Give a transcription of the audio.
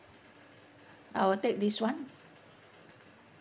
I will take this [one]